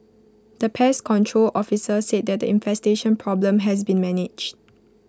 the pest control officer said that the infestation problem has been managed